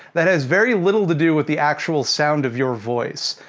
that has very little to do with the actual sound of your voice.